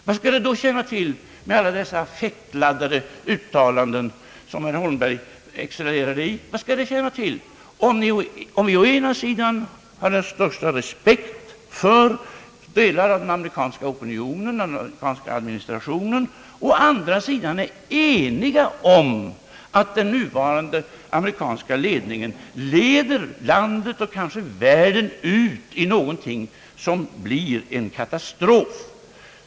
Vad skall det då tjäna till med alla dessa affektladdade uttalanden som herr Holmberg excellerar i? Vad skall det tjäna till när vi å ena sidan har den största respekt för delar av den amerikanska opinionen och den amerikanska administrationen, och å andra sidan är eniga om att den nuvarande amerikanska ledningen driver landet och kanske världen ut i någonting som kan bli en katastrof?